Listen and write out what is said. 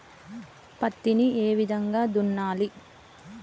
పత్తిని ఏ విధంగా దున్నాలి?